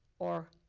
or,